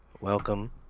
Welcome